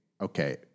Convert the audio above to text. okay